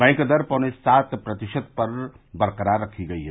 bank दर पौने सात प्रतिशत पर बरकरार रखी गई है